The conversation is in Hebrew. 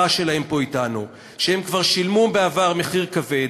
שלהם פה אתנו שהם כבר שילמו בעבר מחיר כבד,